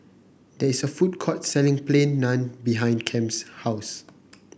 there is a food court selling Plain Naan behind Kem's house